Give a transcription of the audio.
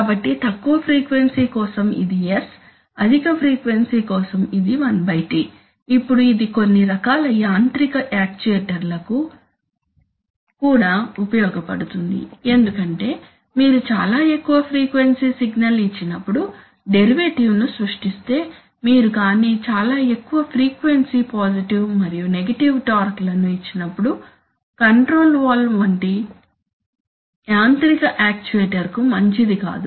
కాబట్టి తక్కువ ఫ్రీక్వెన్సీ కోసం ఇది S అధిక ఫ్రీక్వెన్సీ కోసం ఇది 1 T ఇప్పుడు ఇది కొన్ని రకాల యాంత్రిక యక్చుయేటర్లకు కూడా ఉపయోగపడుతుంది ఎందుకంటే మీరు చాలా ఎక్కువ ఫ్రీక్వెన్సీ సిగ్నల్ ఇచ్చినప్పుడు డెరివేటివ్ ను సృష్టిస్తే మీరు కాని చాలా ఎక్కువ ఫ్రీక్వెన్సీ పాజిటివ్ మరియు నెగటివ్ టార్క్ లను ఇచ్చినప్పుడు కంట్రోల్ వాల్వ్ వంటి యాంత్రిక యక్చుయేటర్కు మంచిదికాదు